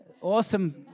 Awesome